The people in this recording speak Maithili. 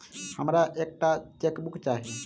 हमरा एक टा चेकबुक चाहि